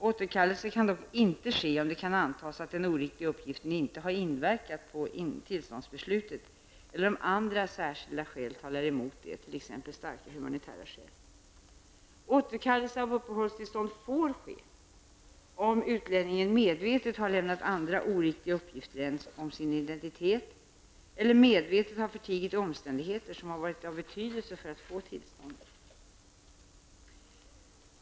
Återkallelse skall dock inte ske, om det kan antas att den oriktiga uppgiften inte har inverkat på tillståndsbeslutet eller om andra särskilda skäl talar emot det, t.ex. starka humanitära skäl. Återkallelse av uppehållstillstånd får ske om utlänningen medvetet har lämnat andra oriktiga uppgifter än om sin identitet eller medvetet har förtigit omständigheterna som varit av betydelse för att få tillståndet.